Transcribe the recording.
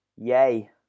Yay